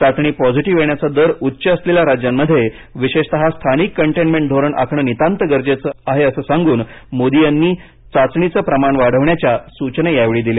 चाचणी पॉझिटीव येण्याचा दर उच्च असलेल्या राज्यांमध्ये विशेषतः स्थानिक कंटेनमेंट धोरण आखणं नितांत गरजेचं आहे असं सांगून मोदी यांनी चाचणीचं प्रमाण वेगानं वाढवण्याच्या सूचना केल्या